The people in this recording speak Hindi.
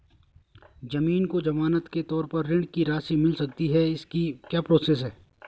ज़मीन को ज़मानत के तौर पर ऋण की राशि मिल सकती है इसकी क्या प्रोसेस है?